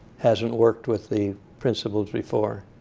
hasn't worked with the principles before.